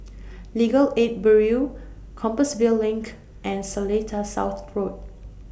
Legal Aid Bureau Compassvale LINK and Seletar South Road